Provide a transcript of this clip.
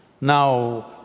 Now